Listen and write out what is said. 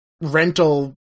rental